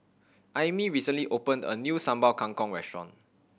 Aimee recently opened a new Sambal Kangkong restaurant